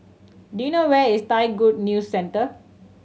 do you know where is Thai Good News Centre